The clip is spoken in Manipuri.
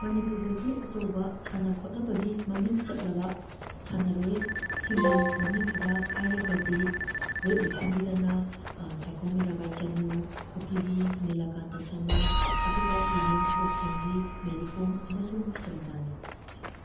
ꯃꯅꯤꯄꯨꯔꯗꯒꯤ ꯑꯆꯧꯕ ꯁꯥꯟꯅ ꯈꯣꯠꯅꯕꯒꯤ ꯃꯃꯤꯡ ꯆꯠꯂꯕ ꯁꯥꯟꯅꯔꯣꯏꯁꯤꯡꯒꯤ ꯃꯃꯤꯡ ꯈꯔ ꯍꯥꯏꯔꯒꯗꯤ ꯋꯦꯠꯂꯤꯐꯇꯤꯡꯒꯤꯗꯅ ꯁꯥꯏꯈꯣꯝ ꯃꯤꯔꯥꯕꯥꯏ ꯆꯅꯨ ꯍꯣꯛꯀꯤꯒꯤ ꯅꯤꯂꯀꯥꯟꯇ ꯁꯔꯃ ꯑꯗꯨꯒ ꯋꯨꯃꯦꯟꯁ ꯕꯣꯛꯁꯤꯡꯒꯤ ꯃꯦꯔꯤ ꯀꯣꯝ ꯑꯃꯁꯨꯡ ꯁꯔꯤꯇꯥꯅꯤ